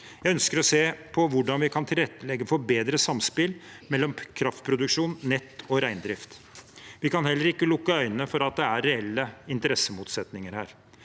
Jeg ønsker å se på hvordan vi kan tilrettelegge for bedre samspill mellom kraftproduksjon, nett og reindrift. Vi kan heller ikke lukke øynene for at det er reelle interessemotsetninger her.